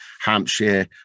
Hampshire